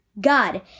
God